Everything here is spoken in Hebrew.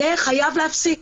זה חייב להפסיק.